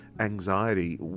anxiety